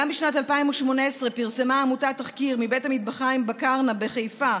בשנת 2018 פרסמה העמותה תחקיר מבית המטבחיים בקרנה בחיפה,